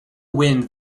wind